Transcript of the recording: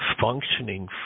functioning